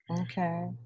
okay